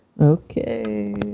Okay